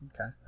Okay